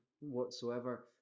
whatsoever